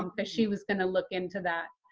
um but she was going to look into that.